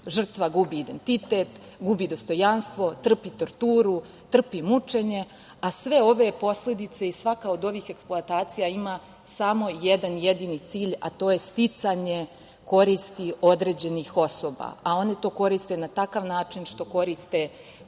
žrtva gubi identitet, gubi dostojanstvo, trpi torturu, trpi mučenje, a sve ove posledice i svaka od ovih eksploatacija ima samo jedan jedini cilj, a to je sticanje koristi određenih osoba, a one to koriste na takav način što koriste